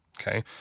Okay